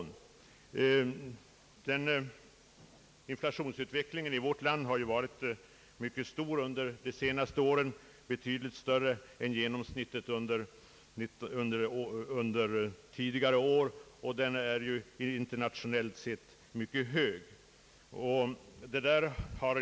Under de senaste åren har ju inflationsutvecklingen i vårt land varit mycket kraftig, betydligt större än genomsnittet under tidigare år; även internationellt sett är vår inflation mycket stor.